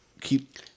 keep